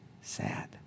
Sad